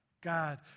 God